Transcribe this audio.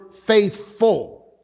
faithful